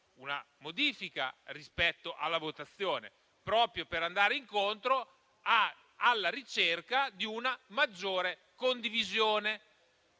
una modifica rispetto alla votazione: proprio per andare incontro alla ricerca di una maggiore condivisione.